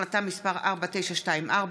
החלטה מס' 4924,